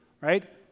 right